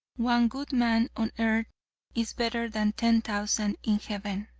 one good man on earth is better than ten thousand in heaven.